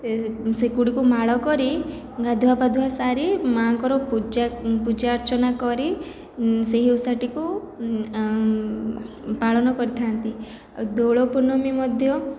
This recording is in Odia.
ସେଗୁଡ଼ିକୁ ମାଳ କରି ଗାଧୁଆପାଧୁଆ ସାରି ମା'ଙ୍କର ପୂଜା ପୂଜାର୍ଚ୍ଚନା କରି ସେହି ଓଷା ଟିକୁ ପାଳନ କରିଥାନ୍ତି ଦୋଳପୂର୍ଣ୍ଣମୀ ମଧ୍ୟ